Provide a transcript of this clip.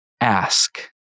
ask